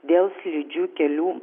dėl slidžių kelių